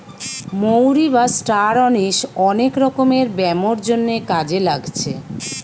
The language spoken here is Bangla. মৌরি বা ষ্টার অনিশ অনেক রকমের ব্যামোর জন্যে কাজে লাগছে